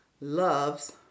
loves